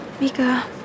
Mika